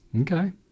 Okay